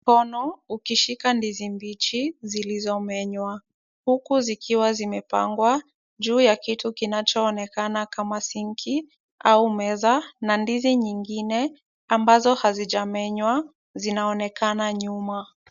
Mkono ukishika ndizi mbichi zilizomenywa, huku zikiwa zimepangwa juu ya kitu kinachoonekana kama sinki au meza na ndizi nyingine, ambazo hazijamenywa zinaonekana nyuma.